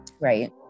Right